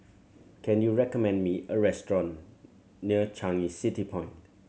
can you recommend me a restaurant near Changi City Point